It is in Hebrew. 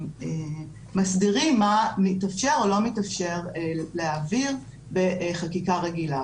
מסדירים מה מתאפשר או לא מתאפשר להעביר בחקיקה רגילה,